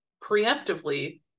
preemptively